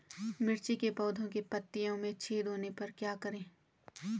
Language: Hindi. मिर्ची के पौधों के पत्तियों में छेद होने पर क्या करें?